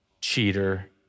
cheater